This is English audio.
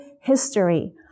history